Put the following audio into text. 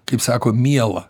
kaip sako miela